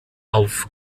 auf